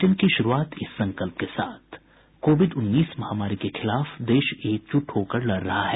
bulletin की शुरूआत इस संकल्प के साथ कोविड उन्नीस महामारी के खिलाफ देश एकजुट होकर लड़ रहा है